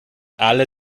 alle